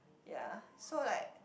ya so like